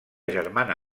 germana